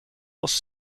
was